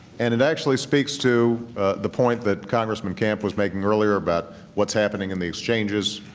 and it actually speaks to the point that congressman camp was making earlier about what's happening in the exchanges.